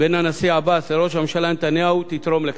בין הנשיא עבאס לבין ראש הממשלה נתניהו תתרום לכך".